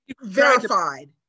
verified